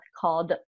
called